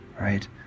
right